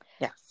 Yes